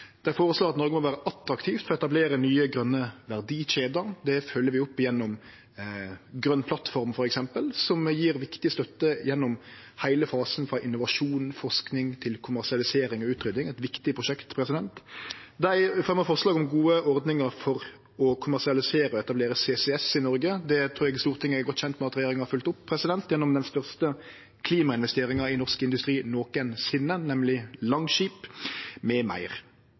Dei føreslår at Noreg må vere attraktivt når det gjeld å etablere nye, grøne verdikjeder. Det følgjer vi opp gjennom Grøn plattform, f.eks., som gjev viktig støtte gjennom heile fasen frå innovasjon og forsking til kommersialisering og utprøving. Det er eit viktig prosjekt. Dei fremjar forslag om gode ordningar for å kommersialisere og etablere CCS i Noreg. Det trur eg Stortinget er godt kjent med at regjeringa har følgt opp gjennom den største klimainvesteringa i norsk industri nokosinne, nemleg Langskip,